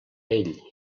ell